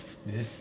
this